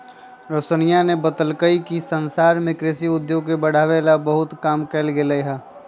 रोशनीया ने बतल कई कि संसार में कृषि उद्योग के बढ़ावे ला बहुत काम कइल गयले है